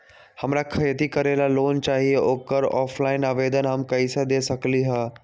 हमरा खेती करेला लोन चाहि ओकर ऑफलाइन आवेदन हम कईसे दे सकलि ह?